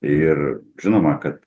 ir žinoma ka